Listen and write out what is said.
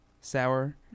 Sour